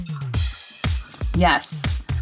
yes